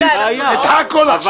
תגיד את הכול עכשיו.